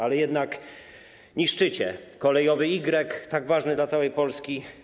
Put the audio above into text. Ale jednak niszczycie: kolejowy Y, tak ważny dla całej Polski.